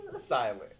Silent